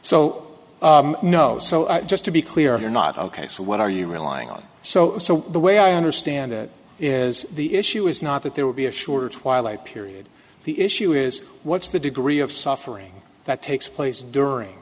so no so just to be clear you're not ok so what are you relying on so so the way i understand it is the issue is not that there would be a sure twilight period the issue is what's the degree of suffering that takes place during